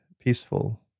peaceful